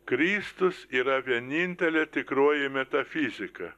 kristus yra vienintelė tikroji metafizika